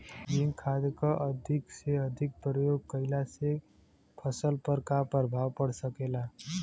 Zinc खाद क अधिक से अधिक प्रयोग कइला से फसल पर का प्रभाव पड़ सकेला?